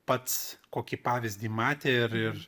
pats kokį pavyzdį matė ir ir